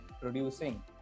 producing